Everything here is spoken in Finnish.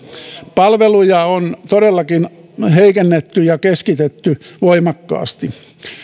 palveluja on todellakin heikennetty ja keskitetty voimakkaasti